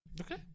Okay